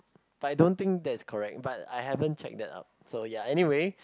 but I don't think that is correct but I haven't check them out so ya anywhere